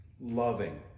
loving